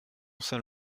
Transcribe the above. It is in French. saint